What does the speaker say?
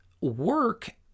work